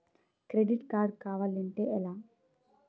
Credit card కావాలి అంటే ఎలా?